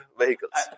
vehicles